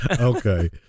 okay